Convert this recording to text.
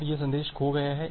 अब यह संदेश खो गया है